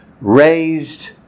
raised